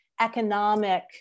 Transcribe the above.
economic